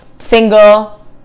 Single